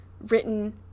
written